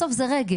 ובסוף זה רגל.